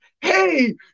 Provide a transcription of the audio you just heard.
hey